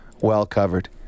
well-covered